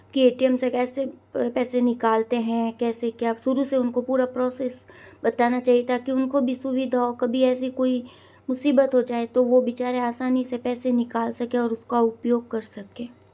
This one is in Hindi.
कि ए टी एम से कैसे पैसे निकालते हैं कैसे क्या शुरू से उनको पूरा प्रोसेस बताना चाहिए ताकि उनको भी सुविधा हो कभी ऐसी कोई मुसीबत हो जाए तो वो बिचारे आसानी से पैसे निकाल सकें और उसका उपयोग कर सकें